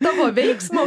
tavo veiksmo